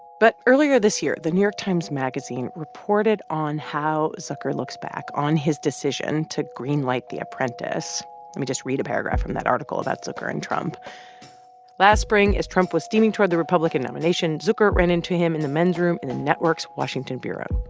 but earlier this year, the new york times magazine reported on how zucker looks back on his decision to greenlight the apprentice me just read a paragraph from that article about zucker and trump last spring, as trump was steaming toward the republican nomination, zucker ran into him in the men's room in the network's washington bureau.